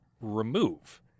remove